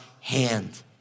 hand